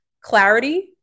Clarity